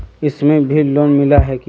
इसमें भी लोन मिला है की